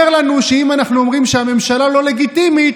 לנו שאם אנחנו אומרים שהממשלה לא לגיטימית,